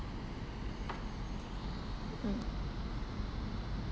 mm